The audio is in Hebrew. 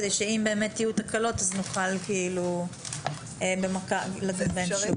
כדי שאם באמת יהיו תקלות אז נוכל לדון בהן שוב.